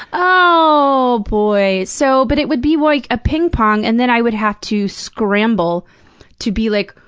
oh boy. so but it would be, like, a ping-pong, and then i would have to scramble to be like,